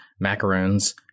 macaroons